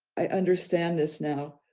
i understand this, now,